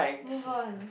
move on